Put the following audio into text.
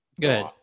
Good